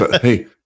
Hey